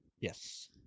Yes